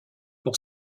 pour